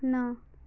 ନଅ